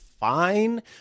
fine